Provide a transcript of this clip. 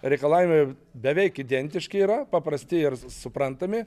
reikalavimai beveik identiški yra paprasti ir suprantami